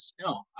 no